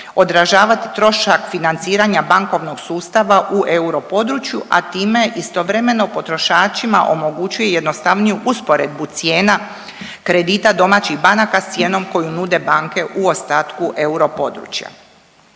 odražavati trošak financiranja bankovnog sustava u europodručju, a time istovremeno potrošačima omogućuje jednostavniju usporedbu cijena kredita domaćih banaka s cijenom koju nude banke u ostatku europodručja.